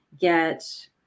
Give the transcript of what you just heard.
get